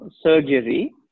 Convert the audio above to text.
surgery